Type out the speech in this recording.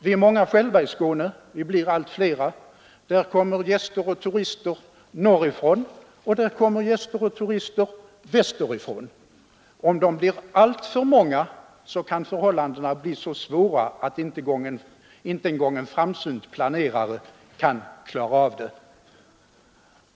Vi är själva många i Skåne och vi blir allt flera. Där kommer gäster och turister norrifrån och där kommer gäster och turister västerifrån. Om det blir alltför många kan förhållandena bli så svåra att inte ens en framsynt planerare kan klara av det.